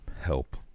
help